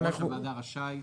יושב ראש הוועדה רשאי.